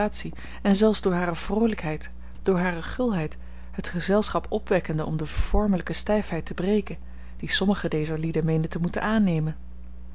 en zelfs door hare vroolijkheid door hare gulheid het gezelschap opwekkende om de vormelijke stijfheid te breken die sommige dezer lieden meenden te moeten aannemen